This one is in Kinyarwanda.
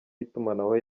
y’itumanaho